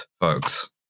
folks